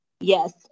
Yes